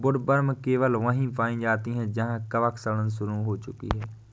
woodworm केवल वहीं पाई जाती है जहां कवक सड़ांध शुरू हो चुकी है